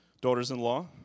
daughters-in-law